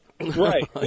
Right